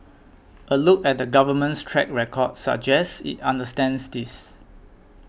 a look at the Government's track record suggests it understands this